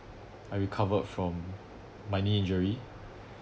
I recovered from my knee injury